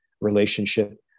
relationship